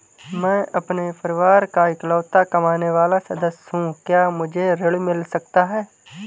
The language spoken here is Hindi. मैं अपने परिवार का इकलौता कमाने वाला सदस्य हूँ क्या मुझे ऋण मिल सकता है?